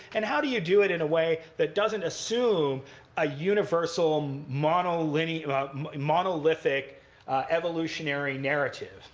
and how do you do it in a way that doesn't assume a universal um monolithic monolithic evolutionary narrative?